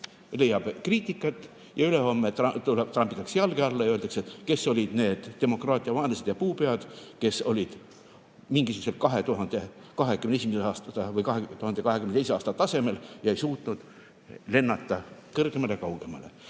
leiab kriitikat ja ülehomme trambitakse jalge alla ja öeldakse, kes olid need demokraatia vaenlased ja puupead, kes olid mingisugusel 2021. aasta või 2022. aasta tasemel ega suutnud lennata kõrgemale ja kaugemale.